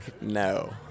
no